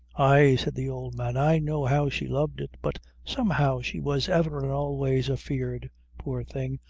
ay, said the old man, i know how she loved it but, somehow, she was ever and always afeard, poor thing,